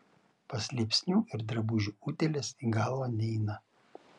paslėpsnių ir drabužių utėlės į galvą neina